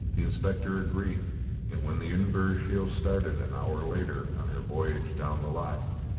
the inspector agreed and when the inverashiel started, an hour later, on her voyage down the loch,